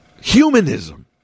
humanism